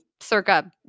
Circa